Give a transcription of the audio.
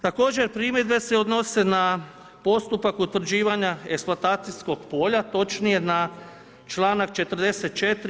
Također, primjedbe se odnose na postupak utvrđivanja eksploatacijskog polja, točnije na čl. 44.